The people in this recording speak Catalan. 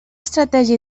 estratègia